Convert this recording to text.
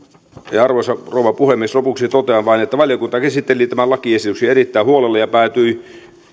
arvoisa rouva puhemies lopuksi totean vain että valiokunta käsitteli tämän lakiesityksen erittäin huolella ja päätyi